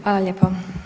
Hvala lijepo.